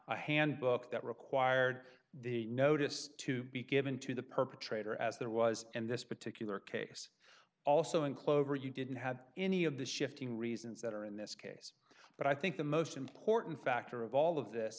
a handbook that required the notice to be given to the perpetrator as there was in this particular case also in clover you didn't have any of the shifting reasons that are in this case but i think the most important factor of all of this